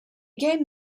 gained